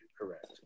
correct